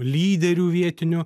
lyderių vietinių